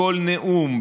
בכל נאום,